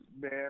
man